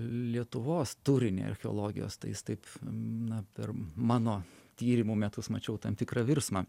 lietuvos turinį archeologijos tai jis taip na per mano tyrimų metus mačiau tam tikrą virsmą